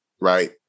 right